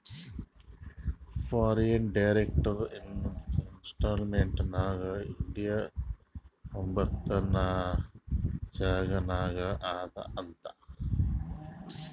foreign direct investment ನಾಗ್ India ಒಂಬತ್ನೆ ಜಾಗನಾಗ್ ಅದಾ ಅಂತ್